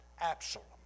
Absalom